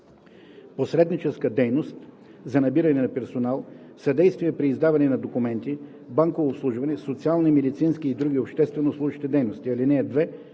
посредническа дейност за набиране на персонал, съдействие при издаване на документи, банково обслужване, социални, медицински и други общественообслужващи дейности.